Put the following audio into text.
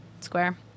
Square